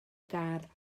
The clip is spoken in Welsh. gar